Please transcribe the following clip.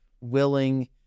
willing